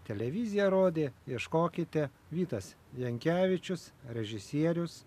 televizija rodė ieškokite vytas jankevičius režisierius